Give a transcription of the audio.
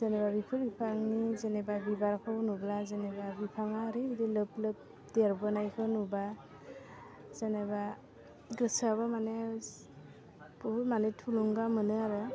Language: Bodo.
जेन'बा बेफोर बिफांनि जेन'बा बिबारखौ नुब्ला जेन'बा बिफाङा ओरैबायदि लोबो लोब देरबोनायखौ नुबा जेन'बा गोसोआबो माने बुहुथ माने थुलुंगा मोनो आरो